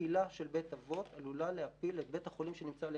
שנפילה של בית אבות עלולה להפיל את בית החולים שנמצא לידו.